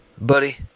buddy